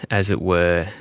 as it were,